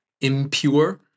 impure